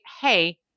hey